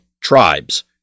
tribes